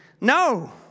No